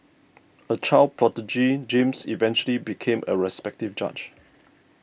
a child prodigy James eventually became a respected judge